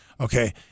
Okay